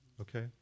okay